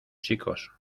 chicos